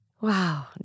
Wow